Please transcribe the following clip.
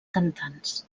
cantants